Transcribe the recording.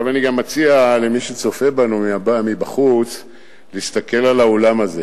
אני גם מציע למי שצופה בנו מבחוץ להסתכל על האולם הזה.